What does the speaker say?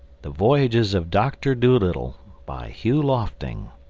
the voyages of doctor dolittle by hugh lofting